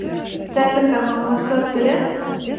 teliką namuose turi